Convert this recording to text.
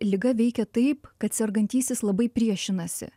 liga veikia taip kad sergantysis labai priešinasi